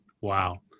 Wow